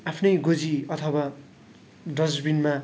आफ्नै गोजी अथवा डस्टबिनमा